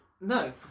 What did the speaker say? No